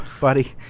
buddy